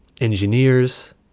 engineers